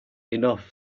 enough